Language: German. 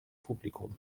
publikum